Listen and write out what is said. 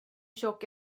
tjock